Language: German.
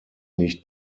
nicht